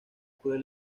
puede